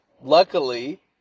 Luckily